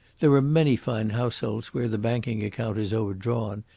there are many fine households where the banking account is overdrawn,